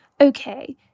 Okay